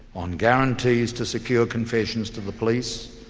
on guarantees to secure confessions to the police,